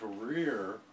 career